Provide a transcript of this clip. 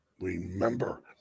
remember